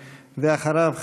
ואחריו,